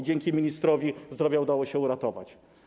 Dzięki ministrowi zdrowia udało się to uratować.